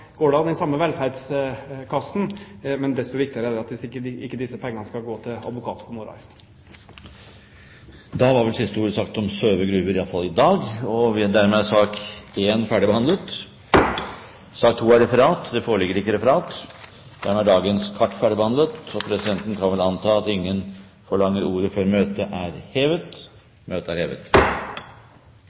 går det av den samme velferdskassen, men desto viktigere er det at disse pengene ikke skal gå til advokathonorar. Da var vel siste ordet sagt om Søve gruver, i hvert fall i dag. Dermed er sak nr. 1 ferdigbehandlet. Det foreligger ikke noe referat. Forlanger noen ordet før møtet heves? – Møtet er hevet.